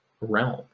realm